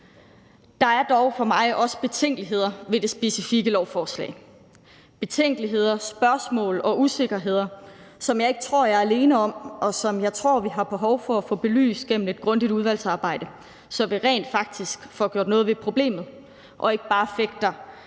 Der er dog for mig også betænkeligheder ved det specifikke lovforslag – betænkeligheder, spørgsmål og usikkerheder, som jeg ikke tror jeg er alene om, og som jeg tror vi har behov for at få belyst gennem et grundigt udvalgsarbejde, så vi rent faktisk får gjort noget ved problemet og ikke bare fægter